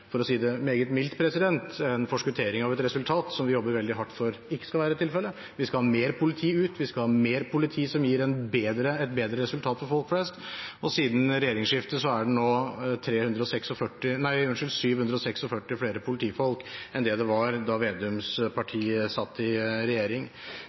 for å si det meget mildt – en forskuttering av et resultat som vi jobber veldig hardt for at ikke skal være tilfellet. Vi skal ha mer politi ut, vi skal ha mer politi som gir et bedre resultat for folk flest. Siden regjeringsskiftet er det nå 746 flere politifolk enn det var da Slagsvold Vedums parti satt i regjering. Jeg opplever også at uroen om reformen – som det